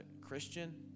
Christian